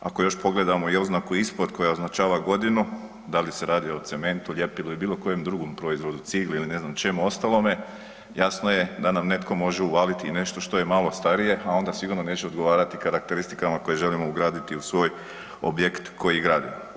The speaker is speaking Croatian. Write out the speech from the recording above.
Ako još pogledamo i oznaku ispod koja označava godinu, da li se radi o cementu, ljepilu i bilokojem drugom proizvodu, cigli ili ne znam čemu ostalome, jasno je da nam netko može uvaliti i nešto što je malo starije a onda sigurno neće odgovarati karakteristikama koje želimo ugraditi u svoj objekt koji gradimo.